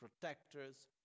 protectors